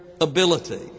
ability